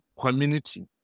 community